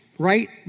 Right